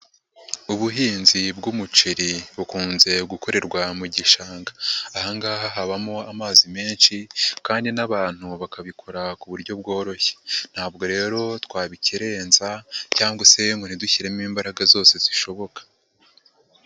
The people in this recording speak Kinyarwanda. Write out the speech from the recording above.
Ubuhinzi bw'umuceri bukunze gukorerwa mu gishanga. Aha ngaha habamo amazi menshi kandi n'abantu bakabikora ku buryo bworoshye. Ntabwo rero twabikerenza cyangwa se ngo ntidushyiremo imbaraga zose zishoboka.